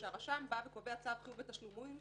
כשהרשם בא וקובע צו חיוב בתשלומים,